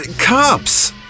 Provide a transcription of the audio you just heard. Cops